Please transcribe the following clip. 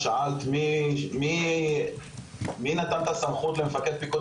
שאלת מי נתן את הסמכות למפקד פיקוד